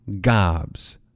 gobs